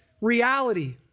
reality